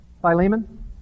Philemon